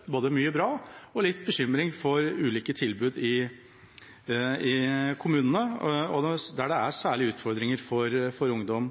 både i Fjell, Kongsvinger og Tromsø, og har fått høre mye bra og litt bekymringer for ulike tilbud i kommunene, det gjelder særlige utfordringer for ungdom.